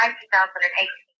2018